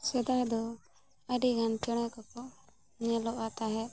ᱥᱮᱫᱟᱭ ᱫᱚ ᱟᱹᱰᱤᱜᱟᱱ ᱪᱮᱬᱮ ᱠᱚᱠᱚ ᱧᱮᱞᱚᱜᱼᱟ ᱛᱟᱦᱮᱸᱫ